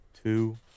Two